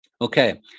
Okay